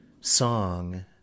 song